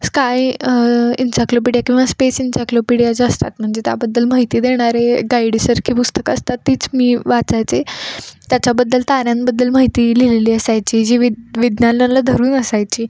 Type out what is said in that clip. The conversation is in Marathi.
स्काय एंचाक्लोपीडिया किंवा स्पेस एंचाक्लोपीडिया ज्या असतात म्हणजे त्याबद्दल माहिती देणारे गाईडसारखी पुस्तकं असतात तीच मी वाचायचे त्याच्याबद्दल ताऱ्यांबद्दल माहिती लिहिलेली असायची जी विद विज्ञानाला धरून असायची